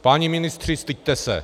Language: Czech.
Páni ministři, styďte se!